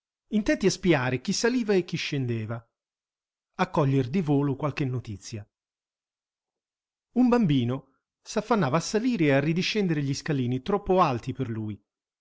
ragazzi intenti a spiare chi saliva e chi scendeva a coglier di volo qualche notizia un bambino s'affannava a salire e a ridiscendere gli scalini troppo alti per lui